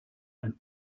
ein